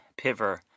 Piver